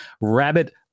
rabbit